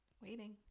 waiting